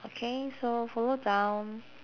okay so follow down